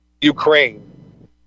Ukraine